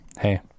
Hey